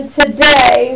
today